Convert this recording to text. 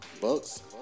Bucks